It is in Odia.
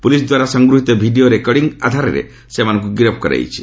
ପ୍ରଲିସ୍ଦ୍ୱାରା ସଂଗୃହୀତ ଭିଡ଼ିଓ ରେକର୍ଡ଼ିଂ ଆଧାରରେ ସେମାନଙ୍କୁ ଗିରଫ କରାଯାଇଛି